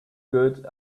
good